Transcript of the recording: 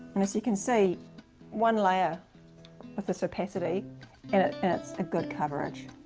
and as you can see one layer of this opacity, and ah it's a good coverage.